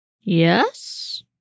Yes